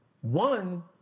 One